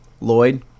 Lloyd